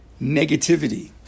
negativity